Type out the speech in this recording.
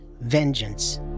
vengeance